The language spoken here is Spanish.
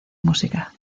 música